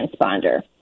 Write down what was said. transponder